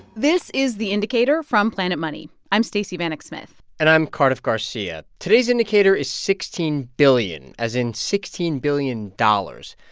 this is the indicator from planet money. i'm stacey vanek smith and i'm cardiff garcia. today's indicator is sixteen billion, as in sixteen billion dollars.